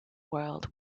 world